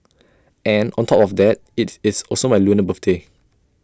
and on top of that IT is also my lunar birthday